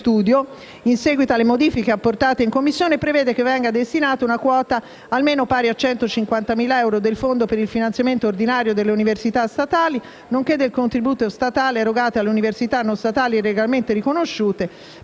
in seguito alle modifiche apportate in Commissione, prevede che venga destinata una quota almeno pari a 150.000 euro del Fondo per il finanziamento ordinario delle università statali, nonché del contributo statale erogato alle università non statali legalmente riconosciute,